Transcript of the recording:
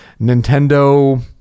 Nintendo